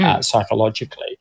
psychologically